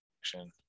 action